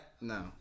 No